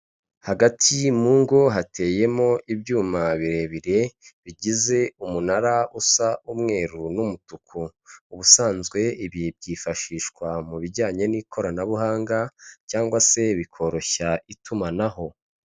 Hagati mu ngo hateyemo ibyuma birebire bigize umunara usa umweru n'umutuku ubusanzwe ibi byifashishwa mu bijyanye n'ikoranabuhanga cyangwa se bikoroshya itumanaho.